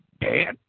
Dad